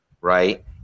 right